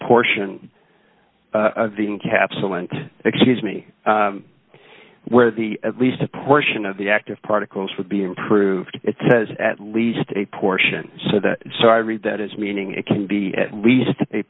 portion of the capsule and excuse me where the at least a portion of the active particles would be improved it says at least a portion so that so i read that as meaning it can be at least a